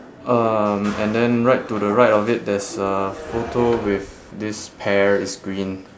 um and then right to the right of it there's a photo with this pear it's green